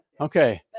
Okay